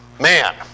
man